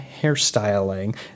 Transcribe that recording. Hairstyling